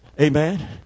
Amen